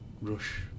Rush